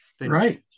right